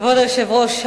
כבוד היושב-ראש,